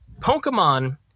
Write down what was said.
Pokemon